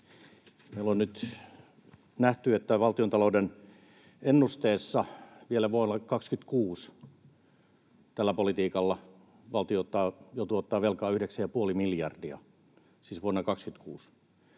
Meillä on nyt nähty, että valtiontalouden ennusteessa vielä vuodelle 26 tällä politiikalla valtio joutuu ottamaan velkaa yhdeksän ja puoli miljardia, siis vuonna 26.